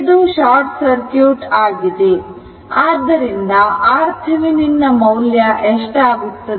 ಇದು short circuit ಆಗಿದೆ ಆದ್ದರಿಂದ RTheveninಮೌಲ್ಯ ಎಷ್ಟಾಗುತ್ತದೆ